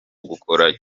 gukora